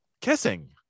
Kissing